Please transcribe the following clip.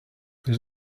his